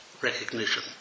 recognition